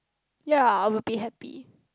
ya I will be happy